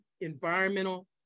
environmental